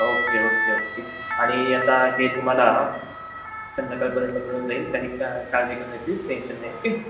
okay okay okay आणि आता हे तुम्हाला संध्याकाळपर्यंत मिळून जाईल काही का काळजी करण्याची टेन्शन नाही ओके